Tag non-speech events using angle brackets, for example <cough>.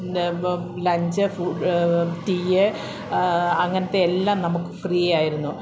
<unintelligible> lunch tea അങ്ങനത്തെ എല്ലാം നമുക്ക് ഫ്രീ ആയിരുന്നു